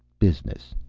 business.